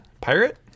Pirate